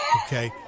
okay